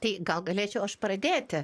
tai gal galėčiau aš pradėti